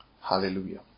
Hallelujah